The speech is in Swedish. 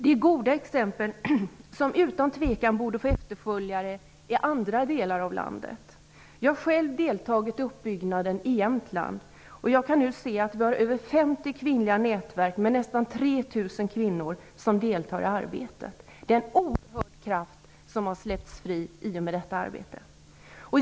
Det är goda exempel som utan tvekan borde få efterföljare i andra delar av landet. Jag har själv deltagit i uppbyggnaden i Jämtland. Jag kan nu se att vi har över 50 kvinnliga nätverk med nästan 3 000 kvinnor som deltar i arbetet. Det är en oerhörd kraft som har släppts fri i och med detta arbete.